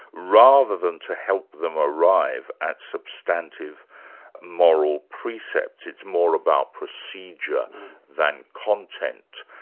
rather than to help them arrive at substantive moral precepts. it's more about procedure than content.